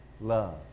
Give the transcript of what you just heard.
love